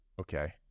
okay